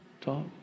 talk